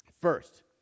First